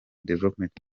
development